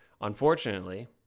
Unfortunately